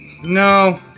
No